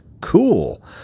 cool